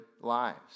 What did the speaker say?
lives